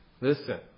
listen